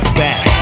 back